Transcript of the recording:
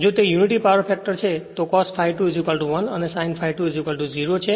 જો તે unity power factor છે તો cos ∅ 2 1 અને sin ∅ 2 0 છે